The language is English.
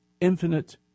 infinite